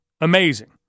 Amazing